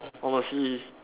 I want to see